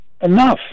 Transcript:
enough